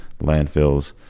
landfills